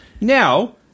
Now